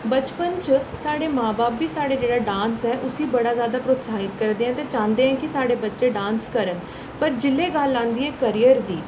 बचपन च साढ़े मां बब्ब बी साढ़े जेह्ड़ा साढ़ा डांस ऐ उसी बड़ा जादा प्रोत्साहित करदे ऐ ते चांह्दे हे के साढ़े बच्चे डांस करन पर जिल्लै गल्ल आंदी ऐ कैरियर दी